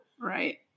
Right